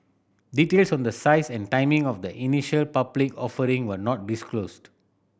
details on the size and timing of the initial public offering were not disclosed